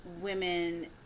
women